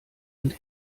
und